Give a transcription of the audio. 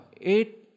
eight